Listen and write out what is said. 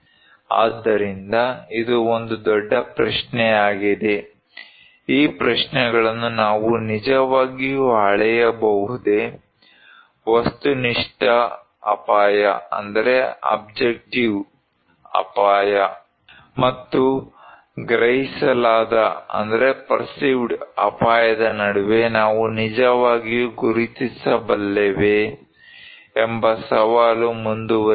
ಆದ್ದರಿಂದ ಇದು ಒಂದು ದೊಡ್ಡ ಪ್ರಶ್ನೆಯಾಗಿದೆ ಈ ಪ್ರಶ್ನೆಗಳನ್ನು ನಾವು ನಿಜವಾಗಿಯೂ ಅಳೆಯಬಹುದೇ ವಸ್ತುನಿಷ್ಠ ಅಪಾಯ ಮತ್ತು ಗ್ರಹಿಸಲಾದ ಅಪಾಯದ ನಡುವೆ ನಾವು ನಿಜವಾಗಿಯೂ ಗುರುತಿಸಬಲ್ಲೆವೇ ಎಂಬ ಸವಾಲು ಮುಂದುವರಿಯುತ್ತದೆ